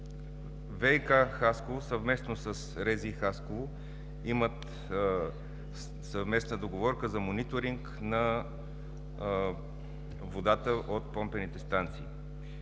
ВиК – Хасково, съвместно с РЗИ – Хасково, имат съвместна договорка за мониторинг на водата от помпените станции.